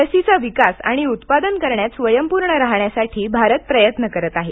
लशीचा विकास आणि उत्पादन करण्यात स्वयंपूर्ण राहण्यासाठी भारत प्रयत्न करत आहे